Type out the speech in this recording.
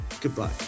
goodbye